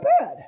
bad